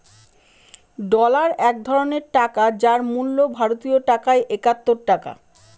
dollar এক ধরনের টাকা যার মূল্য ভারতীয় টাকায় একাত্তর টাকা